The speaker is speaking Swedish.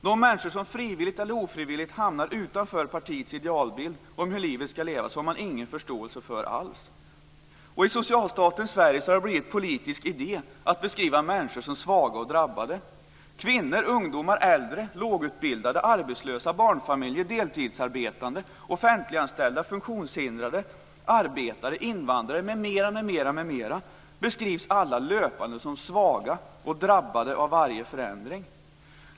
De människor som frivilligt eller ofrivilligt hamnar utanför partiets idealbild om hur livet ska levas har man ingen förståelse för alls. I socialstatens Sverige har det blivit politisk idé att beskriva människor som svaga och drabbade. Kvinnor, ungdomar, äldre, lågutbildade, arbetslösa, barnfamiljer, deltidsarbetande, offentliganställda, funktionshindrade, arbetare, invandrare m.m. beskrivs alla löpande som svaga och drabbade av varje förändring.